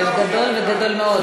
יש גדול וגדול מאוד.